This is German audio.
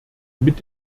mit